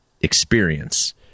experience